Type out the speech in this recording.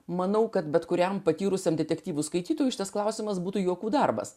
manau kad bet kuriam patyrusiam detektyvų skaitytojui šis klausimas būtų juokų darbas